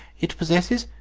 it possesses,